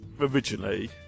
originally